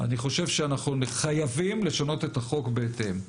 לדעתי, אנחנו חייבים לשנות את החוק בהתאם.